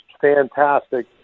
fantastic